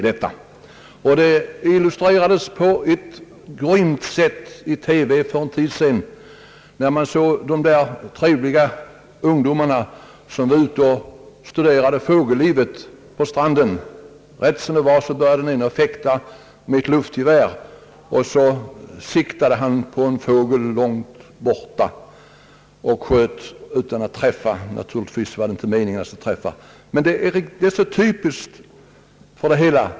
Detta illustrerades på ett grymt sätt i TV för en tid sedan när man såg de trevliga ungdomarna som var ute och studerade fågellivet på stranden, Rätt som det var började den ene fäkta med ett luftgevär, och så siktade han på en fågel långt borta och sköt — naturligtvis utan att träffa. Det var väl inte meningen att han skulle träffa. Men det är så typiskt för det hela.